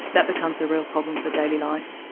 that becomes a real problem for daily life.